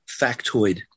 factoid